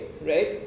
right